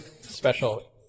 special